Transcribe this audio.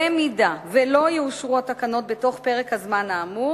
במידה שלא יאושרו התקנות בתוך פרק הזמן האמור,